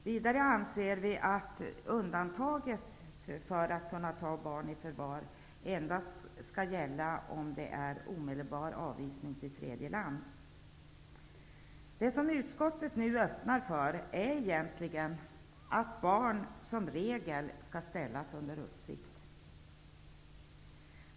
Vidare anser vi att undantaget, de tillfällen då det skall vara möjligt att ta barn i förvar, endast skall vara då det är fråga om omedelbar avvisning till tredje land. Det som utskottet nu öppnar för är egentligen att barn som regel skall ställas under uppsikt.